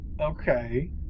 Okay